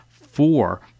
four